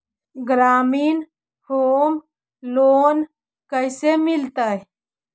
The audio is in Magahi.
ग्रामीण होम लोन कैसे मिलतै?